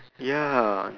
ya